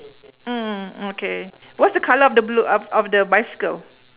mm okay what's the colour of the blue of of the bicycle